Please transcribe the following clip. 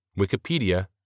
Wikipedia